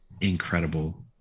incredible